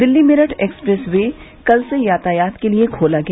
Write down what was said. Delhi Meerut expressway कल से यातायात के लिए खोला गया